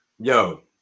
Yo